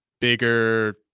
bigger